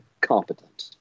competent